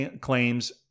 claims